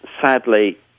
Sadly